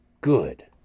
good